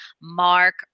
Mark